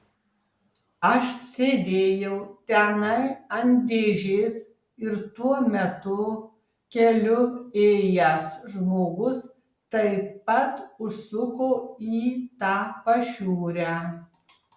aš sėdėjau tenai ant dėžės ir tuo metu keliu ėjęs žmogus taip pat užsuko į tą pašiūrę